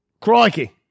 Crikey